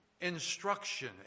Instruction